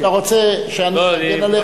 אתה רוצה שאני אגן עליך,